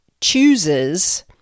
chooses